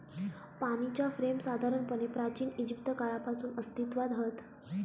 पाणीच्या फ्रेम साधारणपणे प्राचिन इजिप्त काळापासून अस्तित्त्वात हत